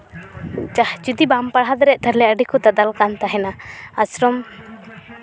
ᱡᱩᱫᱤ ᱵᱟᱢ ᱯᱟᱲᱦᱟᱣ ᱫᱟᱲᱮᱭᱟᱜᱼᱟ ᱛᱟᱦᱞᱮ ᱟᱹᱰᱤ ᱠᱚ ᱫᱟᱫᱟᱞ ᱠᱟᱱ ᱛᱟᱦᱮᱱᱟ ᱟᱥᱨᱚᱢ